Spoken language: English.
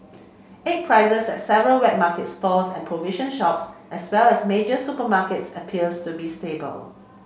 egg prices at several wet market stalls and provision shops as well as major supermarkets appears to be stable